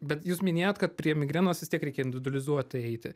bet jūs minėjot kad prie migrenos vis tiek reikia individualizuotai eiti